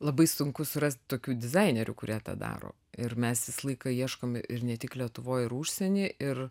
labai sunku surast tokių dizainerių kurie tą daro ir mes visą laiką ieškom ir ne tik lietuvoj ir užsieny ir